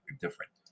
different